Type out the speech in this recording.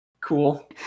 Cool